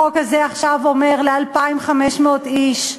החוק הזה אומר עכשיו ל-2,500 איש,